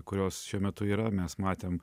kurios šiuo metu yra mes matėm